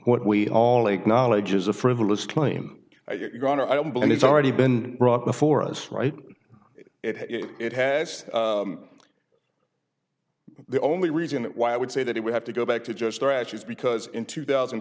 what we all acknowledge is a frivolous claim your honor i don't believe it's already been brought before us right it has the only reason why i would say that it would have to go back to just our actions because in two thousand